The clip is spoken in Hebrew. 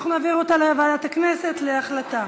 אנחנו מעבירים אותה לוועדת הכנסת להחלטה.